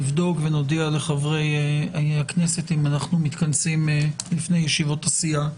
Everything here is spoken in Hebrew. נבדוק ונודיע לחברי הכנסת אם אנו מתכנסים לפני ישיבות הסיעה